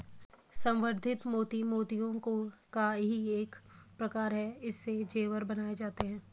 संवर्धित मोती मोतियों का ही एक प्रकार है इससे जेवर बनाए जाते हैं